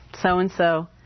so-and-so